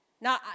Now